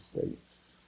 states